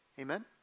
Amen